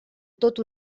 tot